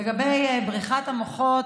לגבי בריחת המוחות,